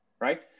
right